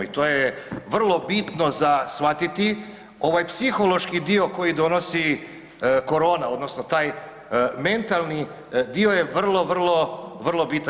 I to je vrlo bitno za shvatiti, ovaj psihološki dio koji donosi korona odnosno taj mentalni dio je vrlo, vrlo, vrlo bitan.